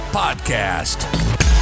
podcast